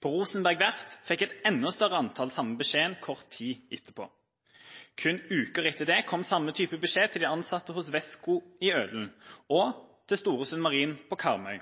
På Rosenberg Verft fikk et enda større antall den samme beskjeden kort tid etterpå. Kun uker etter det kom samme type beskjed til de ansatte i Westcon i Ølen og i Storesund Marine på Karmøy.